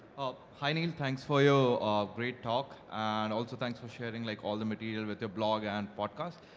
hi neil, thanks for your great talk and also thanks for sharing like all the material with your blog and podcast.